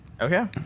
Okay